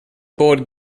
board